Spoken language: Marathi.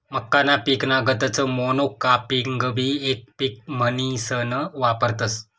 मक्काना पिकना गतच मोनोकापिंगबी येक पिक म्हनीसन वापरतस